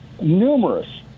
numerous